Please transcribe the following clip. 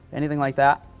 anything like that.